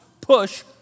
push